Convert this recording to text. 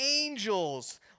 angels